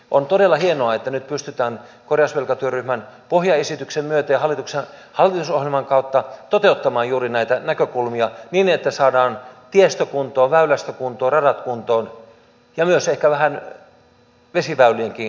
on todella hienoa että nyt pystytään korjausvelkatyöryhmän pohjaesityksen myötä ja hallitusohjelman kautta toteuttamaan juuri näitä näkökulmia niin että saadaan tiestö kuntoon väylästö kuntoon radat kuntoon ja ehkä vähän myös vesiväylienkin kohdalla